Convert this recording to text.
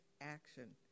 Action